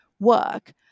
work